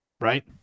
Right